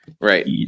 Right